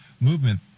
movement